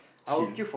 kill